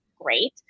great